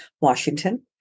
Washington